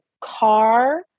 car